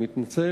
אני מתנצל.